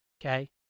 okay